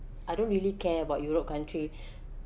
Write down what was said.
I don't really care about europe country